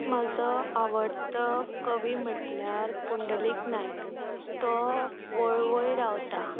म्हजो आवडतो कवी म्हटल्यार पुंडलीक नायक तो वळवय रावता